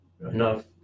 enough